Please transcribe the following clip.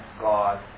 God